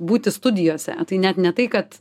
būti studijose tai net ne tai kad